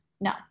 No